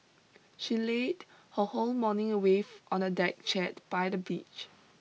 she laid her whole morning away on a deck chair by the beach